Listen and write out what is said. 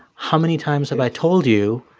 how many times have i told you,